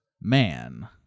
Man